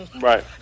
Right